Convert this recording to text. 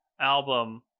album